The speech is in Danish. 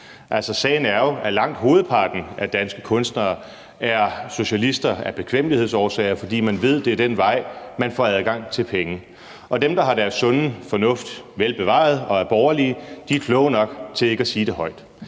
sagen er jo, at langt hovedparten af danske kunstnere er socialister af bekvemmelighedsårsager, fordi man ved, at det er ad den vej, man får adgang til penge. Og dem, der har deres sunde fornuft velbevaret og er borgerlige, er kloge nok til ikke at sige det højt.